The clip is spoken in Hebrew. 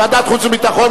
ועדת חוץ וביטחון.